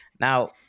Now